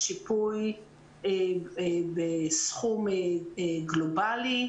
שיפוי בסכום גלובלי,